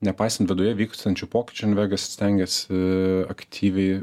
nepaisant viduje vykstančių pokyčių invega stengiasi aktyviai